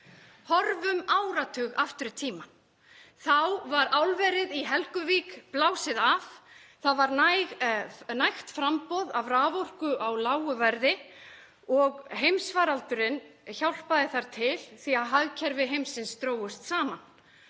Horfum áratug aftur í tímann. Þá var álverið í Helguvík blásið af, það var nægt framboð af raforku á lágu verði og heimsfaraldurinn hjálpaði þar til því að hagkerfi heimsins drógust saman.